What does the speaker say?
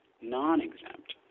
non-exempt